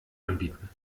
anbieten